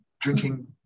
drinking